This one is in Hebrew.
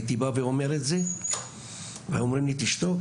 הייתי בא ואומר את זה והיו אומרים לי לשתוק,